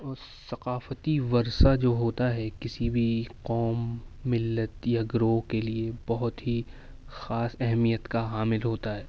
اس ثقافتی ورثہ جو ہوتا ہے کسی بھی قوم ملت یا گروہ کے لیے بہت ہی خاص اہمیت کا حامل ہوتا ہے